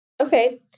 Okay